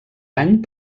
any